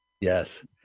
yes